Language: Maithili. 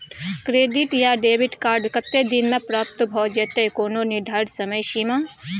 क्रेडिट या डेबिट कार्ड कत्ते दिन म प्राप्त भ जेतै, कोनो निर्धारित समय सीमा?